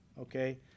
okay